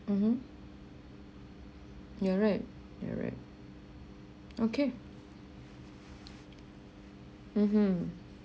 mmhmm you're right you're right okay mmhmm